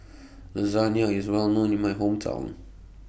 Lasagna IS Well known in My Hometown